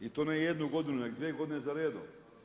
I to ne jednu godinu nego dvije godine za redom.